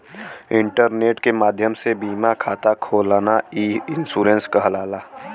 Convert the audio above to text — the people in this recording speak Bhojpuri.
इंटरनेट के माध्यम से बीमा खाता खोलना ई इन्शुरन्स कहलाला